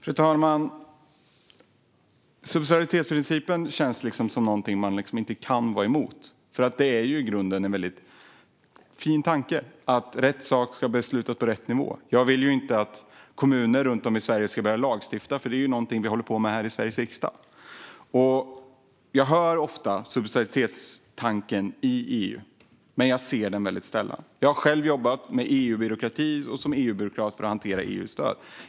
Fru talman! Subsidiaritetsprincipen känns som någonting man inte kan vara emot, för det är i grunden en väldigt fin tanke att rätt sak ska beslutas på rätt nivå. Jag vill inte att kommuner runt om i Sverige ska börja lagstifta, för det är någonting vi håller på med här i Sveriges riksdag. Jag hör ofta om subsidiaritetstanken i EU, men jag ser den väldigt sällan. Jag har själv jobbat med EU-byråkrati, som EU-byråkrat, för att hantera EU-stöd.